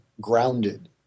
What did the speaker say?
grounded